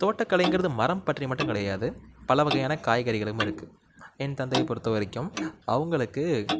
தோட்டக்கலைங்கிறது மரம் பற்றி மட்டும் கிடையாது பல வகையான காய்கறிகளும் இருக்குது என் தந்தையை பொறுத்த வரைக்கும் அவங்களுக்கு